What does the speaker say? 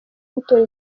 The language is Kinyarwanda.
gutora